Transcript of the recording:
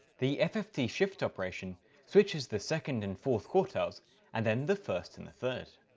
the fftshift operation switches the second and fourth quartiles and then the first and the third.